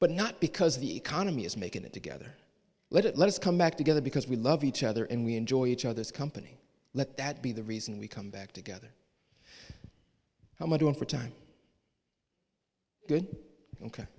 but not because the economy is making it together let's come back together because we love each other and we enjoy each other's company let that be the reason we come back together i want to win for time good